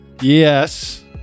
yes